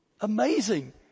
amazing